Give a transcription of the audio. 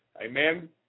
Amen